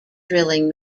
drilling